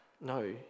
No